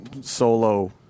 solo